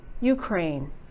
Ukraine